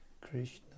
Krishna